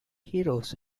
heroes